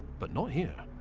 but not here.